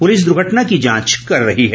police दुर्घटना की जांच कर रही है